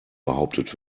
behauptet